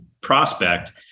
prospect